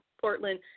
Portland